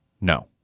No